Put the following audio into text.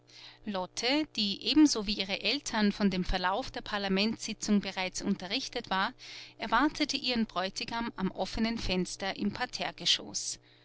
lotte die ebenso wie ihre eltern von dem verlauf der parlamentssitzung bereits unterrichtet war erwartete ihren bräutigam am offenen fenster im